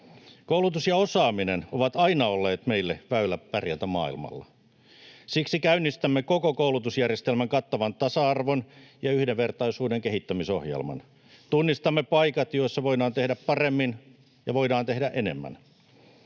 Koulutus ja osaaminen ovat aina olleet meille väylä pärjätä maailmalla. Siksi käynnistämme koko koulutusjärjestelmän kattavan tasa-arvon ja yhdenvertaisuuden kehittämisohjelman. Tunnistamme paikat, joissa voidaan tehdä paremmin ja voidaan tehdä enemmän.